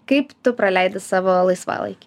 kaip tu praleidi savo laisvalaikį